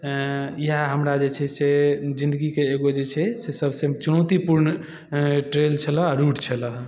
इएहा हमरा जे छै से जिन्दगीके एगो जे छै से सबसँ चुनौतीपूर्ण ट्रेल छलै आओर रूट छलऽ